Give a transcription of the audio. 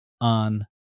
on